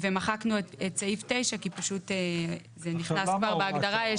מחקנו את סעיף 9 כי פשוט זה נכנס כבר בהגדרה.